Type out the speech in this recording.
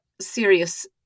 serious